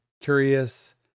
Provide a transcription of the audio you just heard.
curious